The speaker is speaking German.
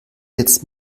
jetzt